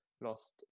lost